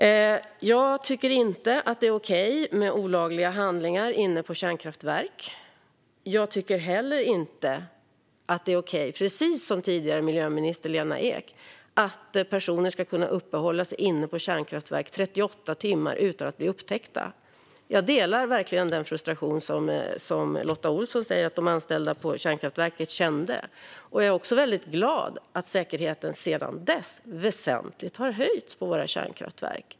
Jag tycker inte att det är okej med olagliga handlingar inne på kärnkraftverk. Jag tycker heller inte, precis som tidigare miljöminister Lena Ek, att det är okej att personer ska kunna uppehålla sig inne på kärnkraftverk 38 timmar utan att bli upptäckta. Jag delar verkligen den frustration som Lotta Olsson säger att de anställda på kärnkraftverket kände och är väldigt glad att säkerheten sedan dess har höjts väsentligt på våra kärnkraftverk.